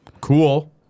cool